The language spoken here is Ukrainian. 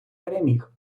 переміг